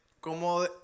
Como